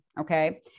Okay